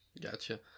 Gotcha